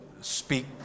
speak